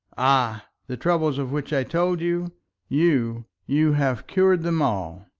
ah! the troubles of which i told you you, you have cured them all.